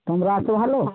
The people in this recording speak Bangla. তোমরা আছো ভালো